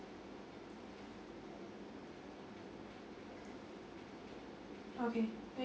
okay